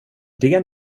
det